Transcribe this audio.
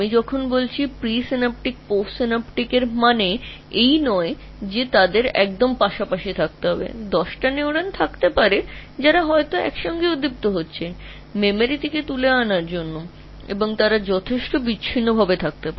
যখন আমি প্রিসিনাপটিক বলছি বা পোষ্টসিনাপটিক তার অর্থ এই নয় যে তাদের কাছাকাছি থাকতে হবে 10 টি নিউরন থাকতে পারে স্মৃতি থেকে বেরিয়ে আসার জন্য এরা একসাথে ফায়ার করতে পারে আবার তারা ব্যাপকভাবে পৃথক হতে পারে